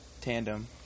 tandem